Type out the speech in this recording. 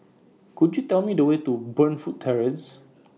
Could YOU Tell Me The Way to Burnfoot Terrace